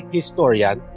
historian